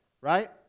right